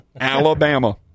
Alabama